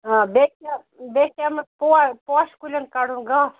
آ بیٚیہِ چھِ بیٚیہِ چھِ امیُک پو پوشہِ کُلٮ۪ن کَڈُن گاسہٕ